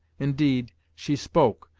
indeed, she spoke,